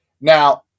Now